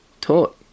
taught